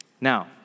Now